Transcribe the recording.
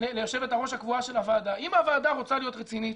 ליושבת הראש הקבועה של הוועדה אם הוועדה רוצה להיות רצינית,